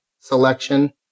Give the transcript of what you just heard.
selection